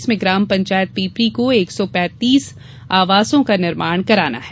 इसमें ग्राम पंचायत पीपरी को एक सौ पैंतीस आवासों का निर्माण कराना है